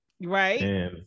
Right